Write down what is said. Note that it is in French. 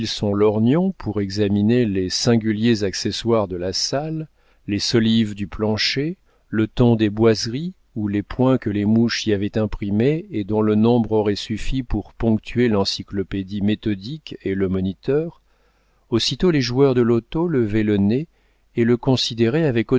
son lorgnon pour examiner les singuliers accessoires de la salle les solives du plancher le ton des boiseries ou les points que les mouches y avaient imprimés et dont le nombre aurait suffi pour ponctuer l'encyclopédie méthodique et le moniteur aussitôt les joueurs de loto levaient le nez et le considéraient avec